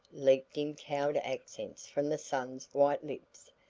leaped in cowed accents from the son's white lips.